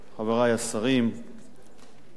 חברי השרים,